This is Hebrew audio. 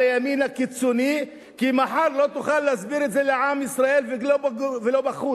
הימין הקיצוני כי מחר לא תוכל להסביר את זה לעם ישראל ולא בחוץ.